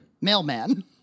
mailman